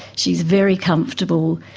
she is very comfortable,